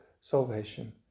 salvation